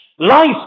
Life